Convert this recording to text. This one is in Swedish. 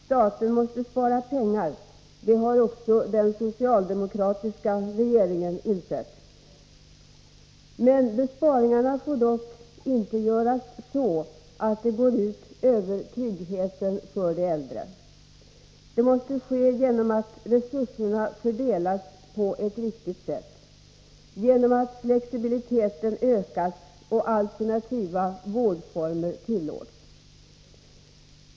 Staten måste spara pengar. Det har också den socialdemokratiska regeringen insett. Men besparingarna får dock inte göras så, att de går ut över tryggheten för de äldre. De måste ske genom att resurserna fördelas på ett riktigt sätt, genom att flexibiliteten ökas och alternativa vårdformer tillåts.